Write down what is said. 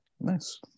Nice